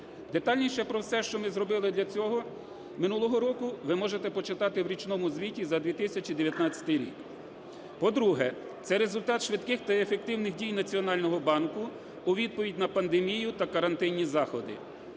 Детальніше про все, що ми зробили для цього минулого року, ви можете почитати в річному звіті за 2019 рік. По-друге, це результат швидких та ефективних дій Національного банку у відповідь на пандемію та карантинні заходи.